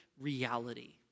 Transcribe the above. reality